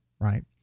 right